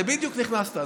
ובדיוק נכנסת.